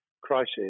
crisis